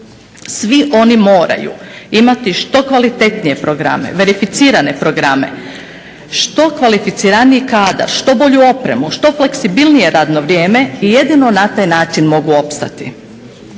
Svi oni moraju imati što kvalitetnije programe, verificirane programe, što kvalificiraniji kadar, što bolju opremu, što fleksibilnije radno vrijeme i jedino na taj način mogu opstati.